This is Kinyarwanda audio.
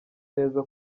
neza